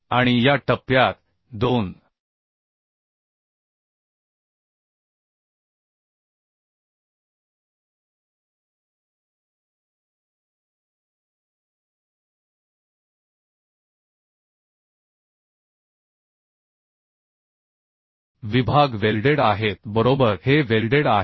आणि या टप्प्यात दोन विभाग वेल्डेड आहेत बरोबर हे वेल्डेड आहे